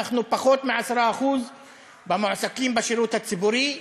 ואנחנו פחות מ-10% מהמועסקים בשירות הציבורי,